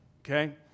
Okay